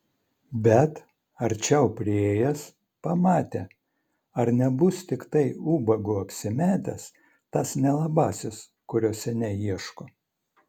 bet arčiau priėjęs pamatė ar nebus tiktai ubagu apsimetęs tas nelabasis kurio seniai ieško